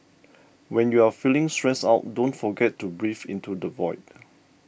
when you are feeling stressed out don't forget to breathe into the void